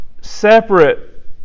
separate